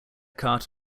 cart